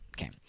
Okay